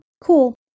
cool